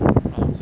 oh